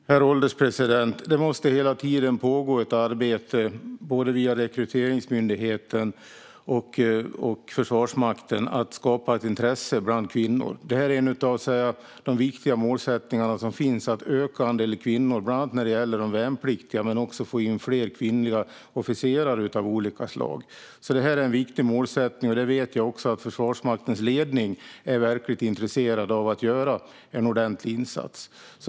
Herr ålderspresident! Det måste hela tiden pågå ett arbete via både Rekryteringsmyndigheten och Försvarsmakten för att skapa ett intresse bland kvinnor. Att öka andelen kvinnor är en av de viktiga målsättningar som finns, bland annat när det gäller de värnpliktiga. Men det handlar också om att få in fler kvinnliga officerare av olika slag. Jag vet att Försvarsmaktens ledning är verkligt intresserad av att göra en ordentlig insats.